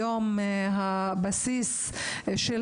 היום הבסיס של